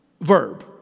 verb